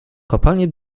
kopalnie